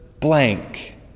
blank